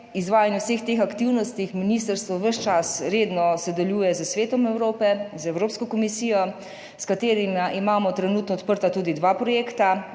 izvajanju vseh teh aktivnosti ministrstvo ves čas redno sodeluje s Svetom Evrope, z Evropsko komisijo, s katerima imamo trenutno odprta tudi dva projekta,